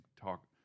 talk